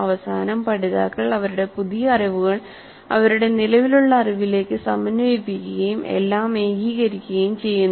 അവസാനം പഠിതാക്കൾ അവരുടെ പുതിയ അറിവുകൾ അവരുടെ നിലവിലുള്ള അറിവിലേക്ക് സമന്വയിപ്പിക്കുകയും എല്ലാം ഏകീകരിക്കുകയും ചെയ്യുന്നു